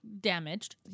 damaged